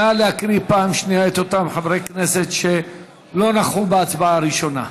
נא להקריא פעם שנייה את שמות חברי הכנסת שלא נכחו בהצבעה הראשונה.